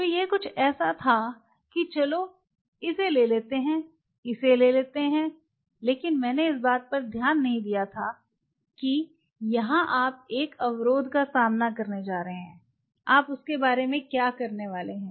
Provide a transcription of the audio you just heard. तो यह कुछ ऐसा था कि चलो इसे ले लेते है इसे ले लेते है लेकिन मैंने इस बात पर ध्यान नहीं दिया कि यहां आप एक अवरोधक का सामना करने जा रहे हैं आप उसके बारे में क्या करने वाले हैं